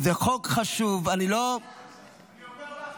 --- אני אומר לך,